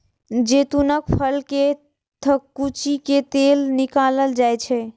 जैतूनक फल कें थकुचि कें तेल निकालल जाइ छै